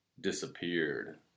disappeared